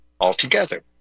altogether